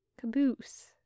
Caboose